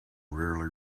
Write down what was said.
rarely